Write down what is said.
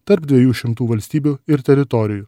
tarp dviejų šimtų valstybių ir teritorijų